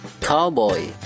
Cowboy